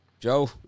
Joe